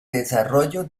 desarrollo